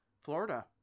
florida